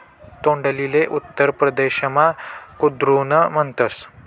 तोंडलीले उत्तर परदेसमा कुद्रुन म्हणतस